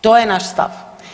To je naš stav.